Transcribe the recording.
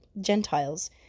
Gentiles